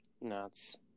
Nuts